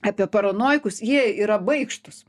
apie paranojikus jie yra baikštūs